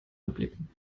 erblicken